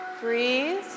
Breathe